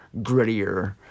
grittier